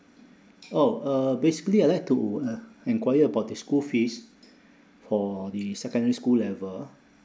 oh uh basically I like to en~ inquire about the school fees for the secondary school level